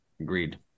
Agreed